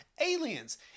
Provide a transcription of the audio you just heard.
aliens